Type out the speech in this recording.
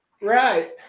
Right